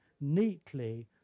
neatly